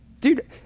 Dude